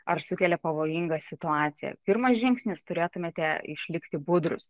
ar sukelia pavojingą situaciją pirmas žingsnis turėtumėte išlikti budrūs